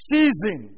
Season